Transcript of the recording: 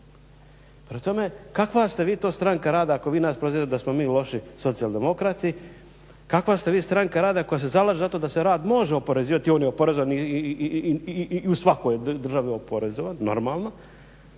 tome, kakva ste vi to Stranka rada ako vi nas prozivate da smo mi loši socijaldemokrati, kakva ste vi Stranka rada koja se zalaže za to da se rad može oporezivati, on je oporezovan i u svakoj državi je oporezovan, normalno,